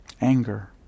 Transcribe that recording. Anger